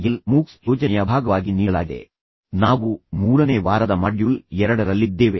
L MOOCs ಯೋಜನೆಯ ಭಾಗವಾಗಿ ನೀಡಲಾಗಿದೆ ನಾವು ಮೂರನೇ ವಾರದ ಮಾಡ್ಯೂಲ್ ಎರಡರಲ್ಲಿದ್ದೇವೆ